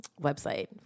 website